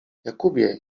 jakubie